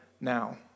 now